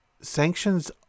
sanctions